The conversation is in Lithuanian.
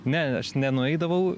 ne aš nenueidavau